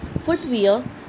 footwear